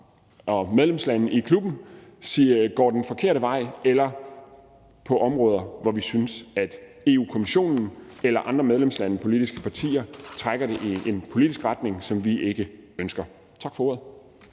og medlemslande i klubben går den forkerte vej, eller at det sker på områder, hvor vi synes, at Europa-Kommissionen eller andre medlemslande, politiske partier trækker det i en politisk retning, som vi ikke ønsker. Tak for ordet.